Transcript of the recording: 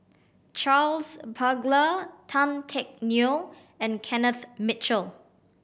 Charles Paglar Tan Teck Neo and Kenneth Mitchell